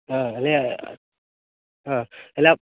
ହଁ ଏଇନେ ହଁ ହେଲା